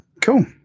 cool